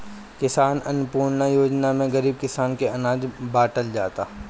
किसान अन्नपूर्णा योजना में गरीब किसान के अनाज बाटल जाता